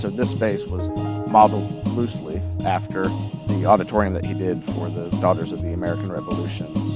this space was modeled exclusively after the auditorium that he did for the founders of the american revolution.